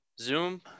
Zoom